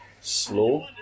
slow